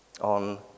on